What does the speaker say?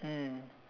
mm